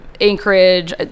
anchorage